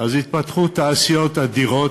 באינטנסיביות הנדרשת, התפתחו תעשיות אדירות.